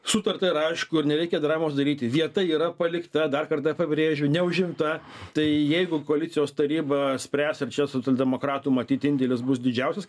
sutarta ir aišku ir nereikia dramos daryti vieta yra palikta dar kartą pabrėžiu neužimta tai jeigu koalicijos taryba spręs ar čia socialdemokratų matyt indėlis bus didžiausias